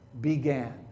began